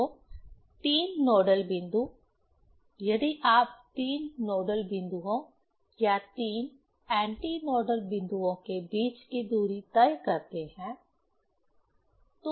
तो 3 नोडल बिंदु यदि आप 3 नोडल बिंदुओं या 3 एंटी नोडल बिंदुओं के बीच की दूरी तय करते हैं तो वह λ है